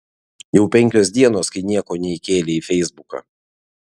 jau penkios dienos kai nieko neįkėlei į feisbuką